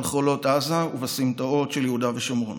על חולות עזה ובסמטאות של יהודה ושומרון.